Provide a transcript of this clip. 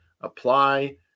apply